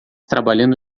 trabalhando